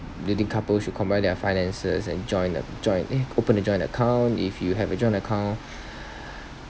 do you think couple should combine their finances and join the join eh open a joint account if you have a joint account